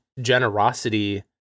generosity